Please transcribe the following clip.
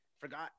forgot